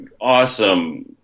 awesome